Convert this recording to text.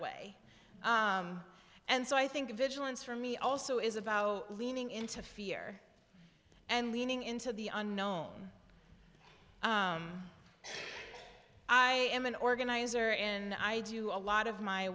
way and so i think vigilance for me also is about leaning into fear and leaning into the unknown i am an organizer in i do a lot of my